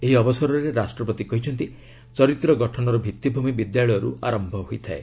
ଏହି ଅବସରରେ ରାଷ୍ଟ୍ରପତି କହିଛନ୍ତି ଚରିତ୍ର ଗଠନର ଭିତ୍ତିଭୂମି ବିଦ୍ୟାଳୟରୁ ଆରମ୍ଭ ହୋଇଥାଏ